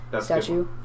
statue